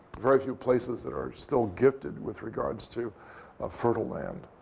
very few places that are still gifted with regards to ah fertile land.